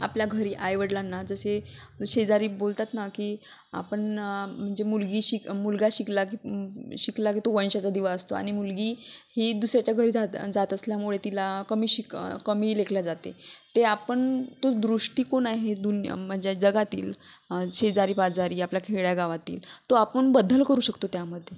आपल्या घरी आईवडिलांना जसे शेजारी बोलतात ना की आपण म्हणजे मुलगी शिक मुलगा शिकला शिकला की तो वंशाचा दिवा असतो आणि मुलगी ही दुसऱ्याच्या घरी जा जात असल्यामुळे तिला कमी शिक कमी लेखले जाते ते आपण तो दृष्टीकोन आहे दुनिया म्हणजे जगातील शेजारी पाजारी आपल्या खेडेगावातील तो आपण बदल करू शकतो त्यामध्ये